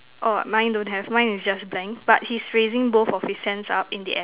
orh mine don't have mine is just blank but he's raising both of his hands up in the air